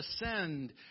ascend